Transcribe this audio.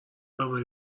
هوای